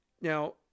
Now